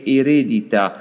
eredita